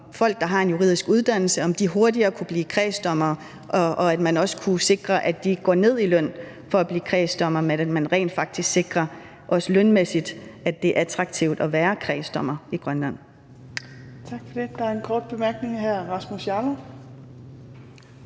folk, der har en juridisk uddannelse, hurtigere kunne blive kredsdommere, og at man også kunne sikre, at de ikke går ned i løn for at blive kredsdommere, men at man rent faktisk også lønmæssigt sikrer, at det er attraktivt at være kredsdommer i Grønland.